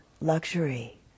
luxury